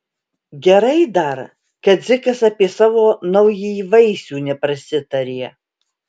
gerai dar kad dzikas apie savo naująjį vaisių neprasitarė